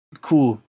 Cool